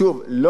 לא מספיק,